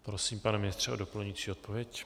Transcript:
Prosím, pane ministře, o doplňující odpověď.